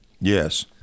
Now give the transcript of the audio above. Yes